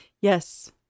Yes